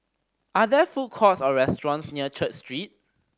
are there food courts or restaurants near Church Street